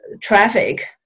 traffic